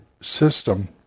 system